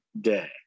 day